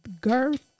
Girth